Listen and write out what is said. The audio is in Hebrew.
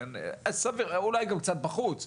אולי גם קצת בחוץ.